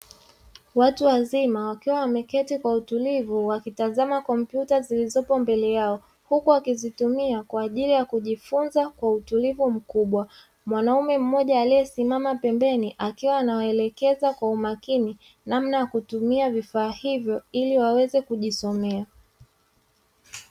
Watu wazima, wakiwa wameketi kwa utulivu, wakitazama kompyuta zilizopo mbele yao, huku wakizitumia kwa ajili ya kujifunza kwa utulivu mkubwa. Mwanamume mmoja aliyesimama pembeni akiwa anawaelekeza kwa umakini namna ya kutumia vifaa hivyo ili waweze kujisomea.